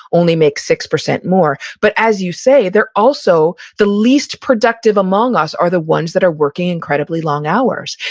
only make six percent more. but as you say, they're also, the least productive among us are the ones that are working incredibly long hours.